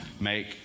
make